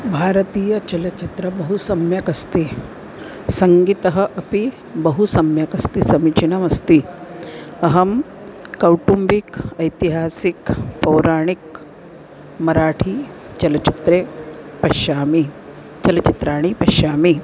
भारतीयचलचित्रं बहु सम्यक् अस्ति सङ्गीतः अपि बहु सम्यक् अस्ति समीचीनमस्ति अहं कौटुम्बिकं ऐतिहासिकं पौराणिकं मराठी चलचित्रे पश्यामि चलचित्राणि पश्यामि